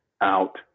out